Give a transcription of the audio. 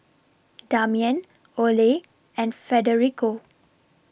Damian Oley and Federico